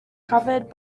covered